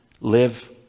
live